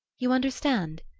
you understand?